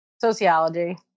Sociology